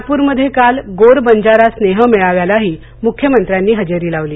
नागप्रमध्ये काल गोर बंजारा स्नेह मेळाव्यालाही मुख्यमंत्र्यांनी हजेरी लावली